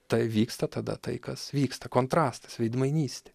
tai vyksta tada tai kas vyksta kontrastas veidmainystė